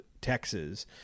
Texas